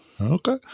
Okay